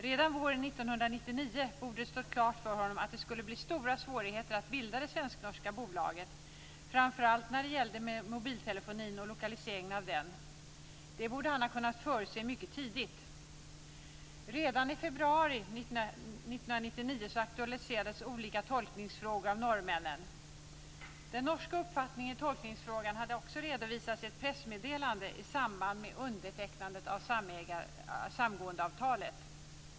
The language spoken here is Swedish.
Redan våren 1999 borde det ha stått klart för honom att det skulle bli stora svårigheter att bilda det svensk-norska bolaget, framför allt när det gällde mobiltelefonin och lokaliseringen av den. Det borde han ha kunnat förutse mycket tidigt. Redan i februari 1999 aktualiserades olika tolkningsfrågor av norrmännen. Den norska uppfattningen i tolkningsfrågan hade också redovisats i ett pressmeddelande i samband med undertecknandet av samgåendeavtalet.